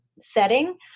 setting